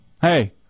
hey